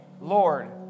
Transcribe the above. Lord